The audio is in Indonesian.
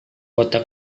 kota